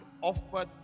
offered